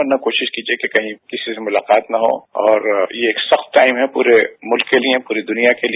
वरना कोशिश कीजिए कही किसी से मुलाकात न हो और ये सख्त टाइम है पूरे मुल्क के लिए पूरी दुनिया के लिए